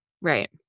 Right